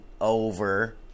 over